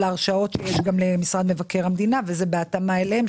להרשאות שיש גם למשרד מבקר המדינה וזה בהתאמה אליהם,